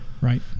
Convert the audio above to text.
Right